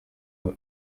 ari